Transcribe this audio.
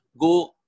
go